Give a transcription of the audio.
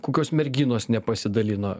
kokios merginos nepasidalino